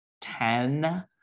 ten